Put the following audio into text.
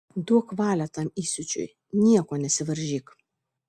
duok valią tam įsiūčiui nieko nesivaržyk